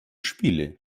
spiele